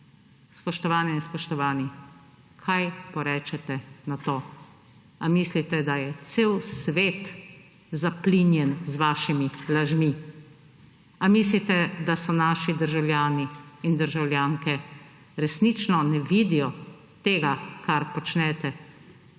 Spoštovane in spoštovani! Kaj porečete na to? Ali mislite, da je cel svet zaplinjen z vašimi lažmi? Ali mislite, da so naši državljani in državljanke resnično ne vidijo tega kar počnete?